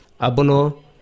abono